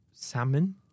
Salmon